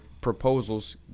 proposals